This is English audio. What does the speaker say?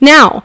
Now